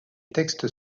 textes